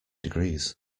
degrees